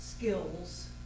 skills